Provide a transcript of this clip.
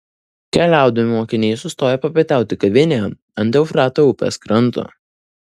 keliaudami mokiniai sustojo papietauti kavinėje ant eufrato upės kranto